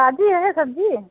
ताज़ी है ना सब्ज़ी